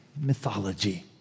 mythology